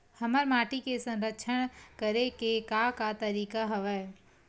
हमर माटी के संरक्षण करेके का का तरीका हवय?